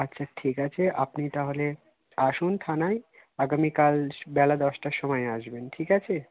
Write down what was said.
আচ্ছা ঠিক আছে আপনি তাহলে আসুন থানায় আগামীকাল স বেলা দশটার সময় আসবেন ঠিক আছে